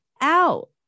out